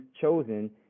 chosen